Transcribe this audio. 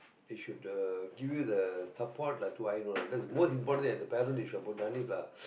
they should uh give you the support lah to I know that's most importantly as a parent they should have done it lah